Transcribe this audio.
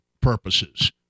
purposes